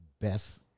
best